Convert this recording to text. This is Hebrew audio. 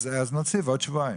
אז נוסיף עוד שבועיים.